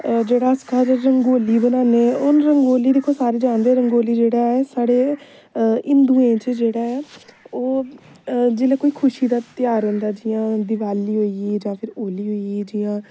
जेह्ड़ा अस घर रंगोली बनान्ने आं हून रंगोली दिक्खो सारे जानदे रंगोली जेह्ड़ा ऐ साढ़े हिंन्दुए च जेह्ड़ा ऐ ओह् जियां कोई खुशी दा ध्यार होंदा जियां दिवाली होई गेई जां फिर होली होई गेई जियां